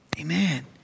Amen